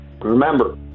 Remember